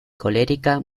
colérica